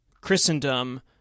Christendom